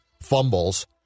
fumbles